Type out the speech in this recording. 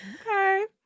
Okay